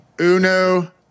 Uno